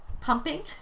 Pumping